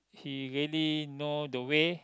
he really know the way